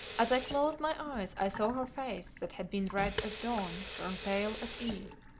as i closed my eyes i saw her face that had been red as dawn turn pale as eve,